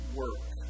work